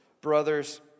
brothers